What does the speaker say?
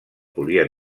volien